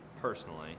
personally